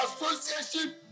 association